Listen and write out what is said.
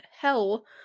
hell